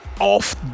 off